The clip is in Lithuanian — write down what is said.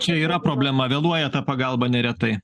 čia yra problema vėluoja ta pagalba neretai